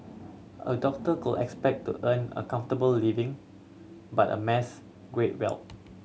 a doctor could expect to earn a comfortable living but a amass great wealth